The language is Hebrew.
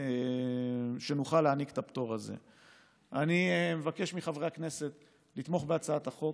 אני מבקש מחברי הכנסת לתמוך בהצעת החוק